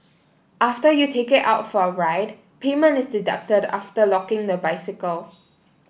after you take it out for a ride payment is deducted after locking the bicycle